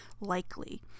likely